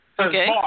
Okay